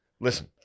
Listen